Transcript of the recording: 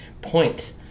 point